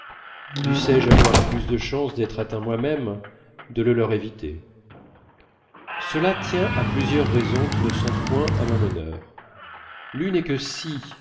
dussé-je avoir plus de chances d'être atteint moi-même de le leur éviter cela tient à plusieurs raisons qui ne sont point à mon honneur l'une est que si